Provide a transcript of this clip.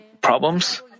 problems